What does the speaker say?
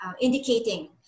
indicating